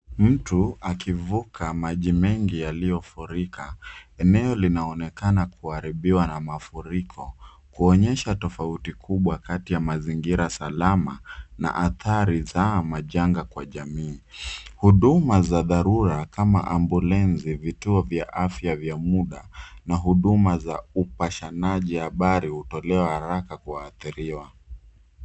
Mtu akivuka maji mengi yaliyofurika. Eneo linaonekana kuharibiwa na mafuriko, kuonyesha tofauti kubwa kati ya mazingira salama na athari za majanga kwa jamii. Huduma za dharura kama ambulensi, vituo vya afya vya muda na huduma za upashanaji habari hutolewa haraka kwa waadhiriwa.